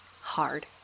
Hard